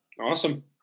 Awesome